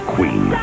Queen